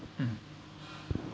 mm